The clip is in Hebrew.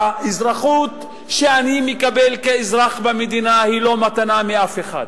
האזרחות שאני מקבל כאזרח במדינה היא לא מתנה מאף אחד,